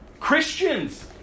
Christians